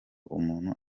umuntu